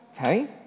Okay